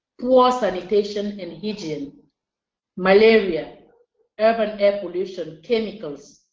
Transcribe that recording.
poor sanitation and hygiene, malaria air ah air pollution, chemicals,